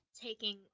taking